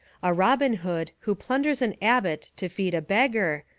a robin hood who plunders an abbot to feed a beggar,